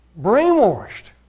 brainwashed